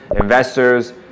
investors